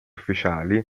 ufficiali